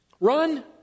Run